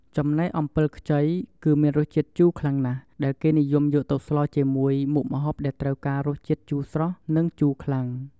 ចំណែកអំពិលខ្ចីគឺ មានរសជាតិជូរខ្លាំងណាស់ ដែលគេនិយមយកទៅស្លជាមួយ មុខម្ហូបដែលត្រូវការរសជាតិជូរស្រស់ និងជូរខ្លាំង។